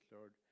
Lord